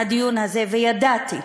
הדיון הזה, ידעתי,